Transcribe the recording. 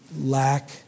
lack